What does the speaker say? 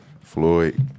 Floyd